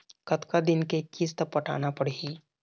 कतका दिन के किस्त पटाना पड़ही?